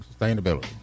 sustainability